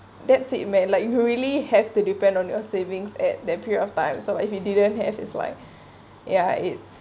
that's it may like you really have to depend on your savings at that period of time so if you didn't have it's like yeah it's